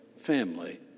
Family